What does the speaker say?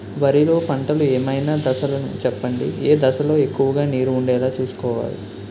వరిలో పంటలు ఏమైన దశ లను చెప్పండి? ఏ దశ లొ ఎక్కువుగా నీరు వుండేలా చుస్కోవలి?